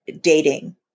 dating